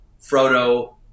Frodo